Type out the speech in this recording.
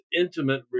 intimate